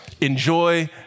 enjoy